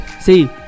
see